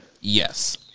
Yes